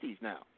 now